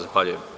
Zahvaljujem.